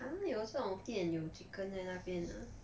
他们有这种店有 chicken 在那边 ah